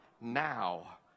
now